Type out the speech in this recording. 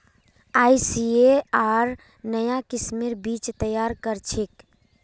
ICAR नाया किस्मेर बीज तैयार करछेक